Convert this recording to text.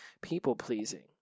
People-pleasing